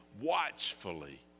watchfully